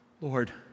Lord